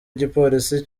igipolisi